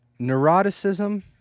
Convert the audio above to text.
neuroticism